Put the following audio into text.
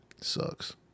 sucks